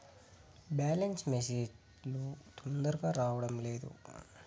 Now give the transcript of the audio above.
Balance message లు తొందరగా రావడం లేదు?